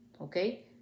okay